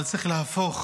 אבל צריך להפוך